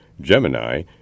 Gemini